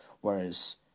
Whereas